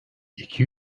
iki